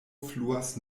fluas